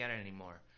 anymore